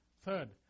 third